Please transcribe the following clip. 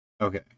Okay